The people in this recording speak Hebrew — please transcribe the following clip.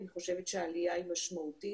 אני חושבת שהעלייה היא משמעותית.